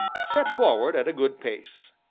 set forward at a good pace.